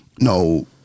No